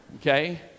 Okay